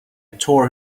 tore